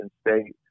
State